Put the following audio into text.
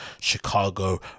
Chicago